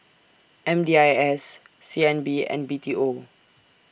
M D I S C N B and B T O